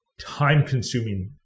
time-consuming